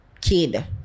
kid